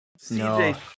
CJ